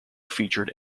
featured